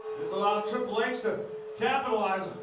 this allowstriple h to capitalize.